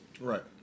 Right